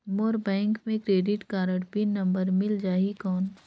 मोर bank मे credit card PIN number मिल जाहि कौन?